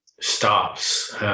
stops